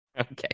Okay